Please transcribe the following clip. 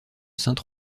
sainte